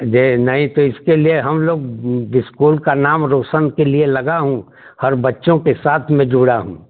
जी नहीं तो इसके लिए हम लोग स्कूल का नाम रोशन के लिए लगा हूँ हर बच्चों के साथ में जुड़ा हूँ